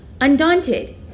undaunted